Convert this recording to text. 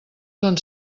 són